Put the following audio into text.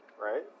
right